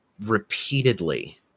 repeatedly